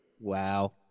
Wow